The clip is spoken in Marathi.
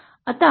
आता आपण जर